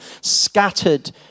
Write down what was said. scattered